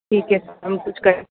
ठीक है हम कुछ कर